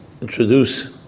introduce